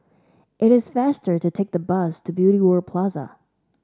it is faster to take the bus to Beauty World Plaza